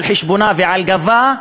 על חשבונה ועל גבה,